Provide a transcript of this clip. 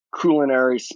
culinary